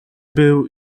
był